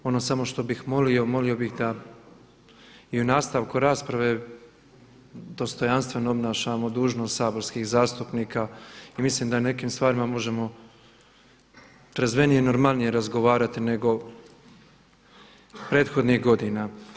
Ono što bih samo molio, molio bih da i u nastavku rasprave dostojanstveno obnašamo dužnost saborskih zastupnika i mislim da o nekim stvarima možemo trezvenije i normalnije razgovarati nego prethodnih godina.